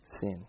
sin